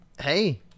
Hey